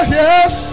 yes